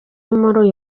bari